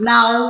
Now